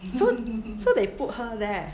so so they put her there